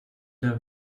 der